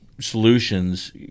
solutions